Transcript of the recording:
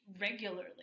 regularly